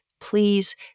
please